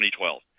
2012